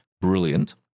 brilliant